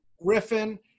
Griffin